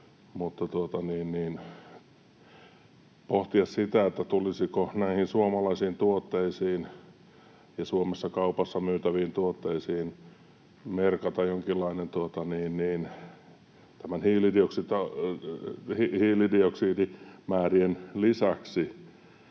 — pohdin sitä, tulisiko näihin suomalaisiin tuotteisiin ja Suomessa kaupassa myytäviin tuotteisiin merkata näiden hiilidioksidimäärien lisäksi,